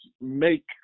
make